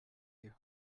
you